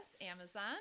Amazon